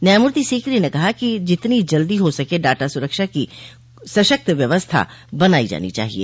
न्यायमर्ति सीकरी ने कहा कि जितनी जल्दी हो सके डाटा सुरक्षा की सशक्त व्यवस्था बनाई जानी चाहिए